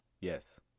Yes